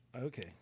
Okay